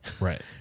Right